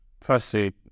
firstly